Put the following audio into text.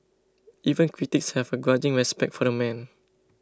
even critics have a grudging respect for the man